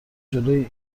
جلوی